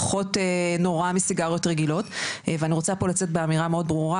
פחות נורא מסיגריות רגילות ואני רוצה פה לצאת באמירה מאד ברורה,